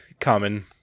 common